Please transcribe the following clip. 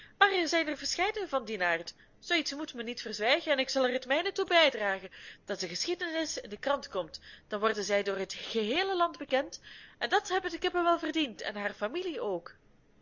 maar er zijn er verscheidene van dien aard zoo iets moet men niet verzwijgen en ik zal er het mijne toe bijdragen dat de geschiedenis in de krant komt dan worden zij door het geheele land bekend en dat hebben de kippen wel verdiend en haar familie ook